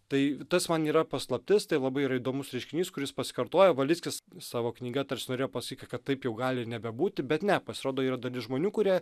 tai tas man yra paslaptis tai labai įdomus reiškinys kuris pasikartoja valickis savo knyga tarsi norėjo pasakyti kad taip jau gali nebebūti bet ne pasirodo yra dalis žmonių kurie